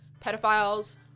pedophiles